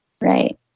Right